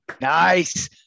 Nice